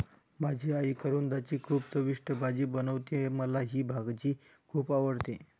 माझी आई करवंदाची खूप चविष्ट भाजी बनवते, मला ही भाजी खुप आवडते